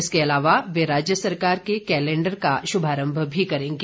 इसके अलावा वे राज्य सरकार के कैलेंडर का शुभारंभ भी करेंगे